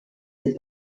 his